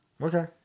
Okay